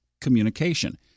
communication